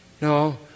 No